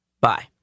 Bye